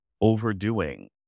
overdoing